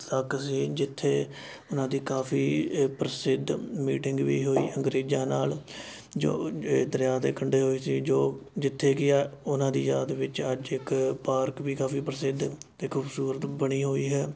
ਤੱਕ ਸੀ ਜਿੱਥੇ ਉਹਨਾਂ ਦੀ ਕਾਫੀ ਪ੍ਰਸਿੱਧ ਮੀਟਿੰਗ ਵੀ ਹੋਈ ਅੰਗਰੇਜ਼ਾਂ ਨਾਲ ਜੋ ਦਰਿਆ ਦੇ ਕੰਢੇ ਹੋਏ ਸੀ ਜੋ ਜਿੱਥੇ ਕਿ ਉਹਨਾਂ ਦੀ ਯਾਦ ਵਿੱਚ ਅੱਜ ਇੱਕ ਪਾਰਕ ਵੀ ਕਾਫੀ ਪ੍ਰਸਿੱਧ ਅਤੇ ਖੂਬਸੂਰਤ ਬਣੀ ਹੋਈ ਹੈ